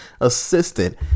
assistant